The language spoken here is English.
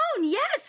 Yes